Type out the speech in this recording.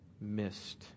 missed